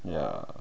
ya